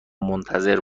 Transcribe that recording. منتظرت